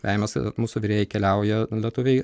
vejamės mūsų virėjai keliauja lietuviai